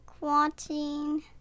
watching